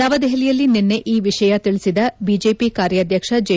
ನವದೆಹಲಿಯಲ್ಲಿ ನಿನ್ನೆ ಈ ವಿಷಯ ತಿಳಿಸಿದ ಬಿಜೆಪಿ ಕಾರ್ಯಾಧ್ಯಕ್ಷ ಜೆ